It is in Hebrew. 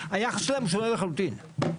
היחס שלהן שונה לחלוטין.